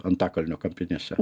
antakalnio kapinėse